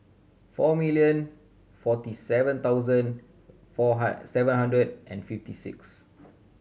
four million forty seven thousand four seven hundred and fifty six